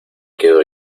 quedo